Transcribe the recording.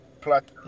plot